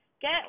get